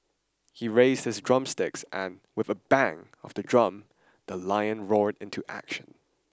he raised his drumsticks and with a bang of the drum the lions roared into action